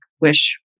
wish